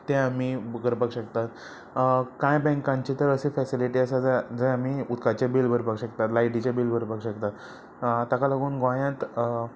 ते आमी करपाक शकतात कांय बँकांचे तर अशे फेसिलिटी आसा ज जंय आमी उदकाचे बील भरपाक शकतात लायटीचें बील भरपाक शकतात ताका लागून गोंयांत